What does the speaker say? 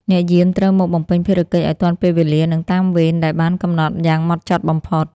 អ្នកយាមត្រូវមកបំពេញភារកិច្ចឱ្យទាន់ពេលវេលា និងតាមវេនដែលបានកំណត់យ៉ាងហ្មត់ចត់បំផុត។